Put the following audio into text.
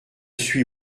suis